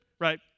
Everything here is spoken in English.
right